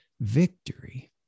victory